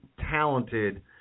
talented